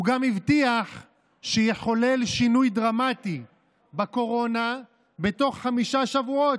הוא גם הבטיח שיחולל שינוי דרמטי בקורונה בתוך חמישה שבועות,